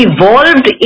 Evolved